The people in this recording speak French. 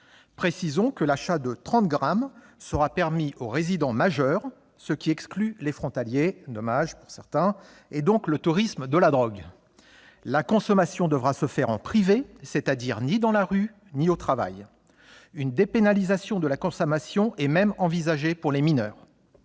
Précisons que l'achat de 30 grammes sera permis aux résidents majeurs, ce qui exclut les frontaliers- dommage pour certains -et, donc, le tourisme de la drogue. La consommation devra se faire en privé, c'est-à-dire ni dans la rue ni au travail. Une dépénalisation de la consommation est même envisagée pour les mineurs.